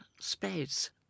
space